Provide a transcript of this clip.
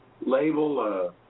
label